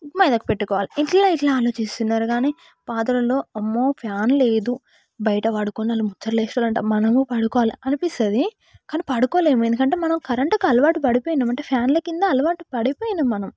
మెహందాకు పెట్టుకోవాలి ఇట్లా ఇట్లా ఆలోచిస్తున్నారు కానీ పాత రోజుల్లో అమ్మో ఫ్యాన్ లేదు బయట పడుకున వాళ్ళు ముచ్చట వేస్తారంట మనము పడుకోవాల అనిపిస్తుంది కానీ పడుకోలేము ఎందుకంటే మనం కరెంటుకు అలవాటు పడిపోయినాం అంటే ఫ్యాన్లు కింద అలవాటు పడిపోయినాం మనం